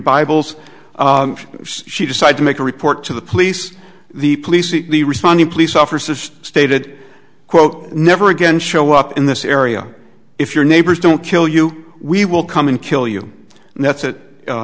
bibles she decided to make a report to the police the police the responding police officer stated quote never again show up in this area if your neighbors don't kill you we will come and kill you and that's